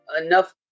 enough